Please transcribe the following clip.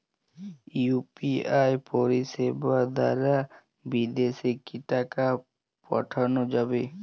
UPI পরিষেবা দারা বিদেশে কি টাকা পাঠানো যাবে?